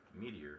Meteor